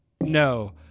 No